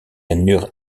nur